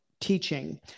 teaching